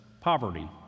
poverty